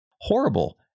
horrible